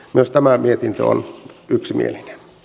myös tämä mietintö on yksimielinen